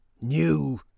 new